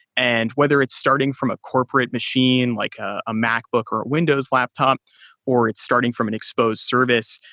and whether it's starting from a corporate machine like ah a macbook or a windows laptop or it's starting from an exposed service,